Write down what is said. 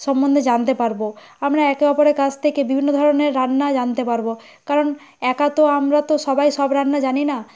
সম্বন্ধে জানতে পারব আমরা একে অপরের কাছ থেকে বিভিন্ন ধরনের রান্না জানতে পারব কারণ একা তো আমরা তো সবাই সব রান্না জানি না